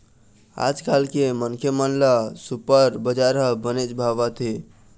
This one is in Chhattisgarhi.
आजकाल के मनखे मन ल सुपर बजार ह बनेच भावत हे